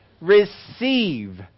receive